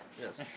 Yes